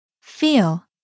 Feel